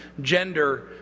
gender